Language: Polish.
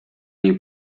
nie